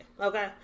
Okay